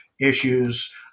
issues